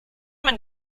man